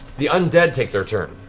the undead take their turn.